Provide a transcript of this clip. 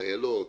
הדיילות,